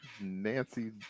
Nancy